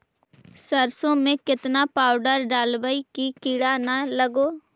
सरसों में केतना पाउडर डालबइ कि किड़ा न लगे?